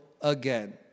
again